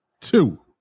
two